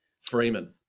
Freeman